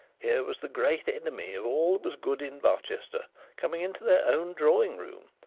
here was the great enemy of all that was good in barchester coming into their own drawing-room,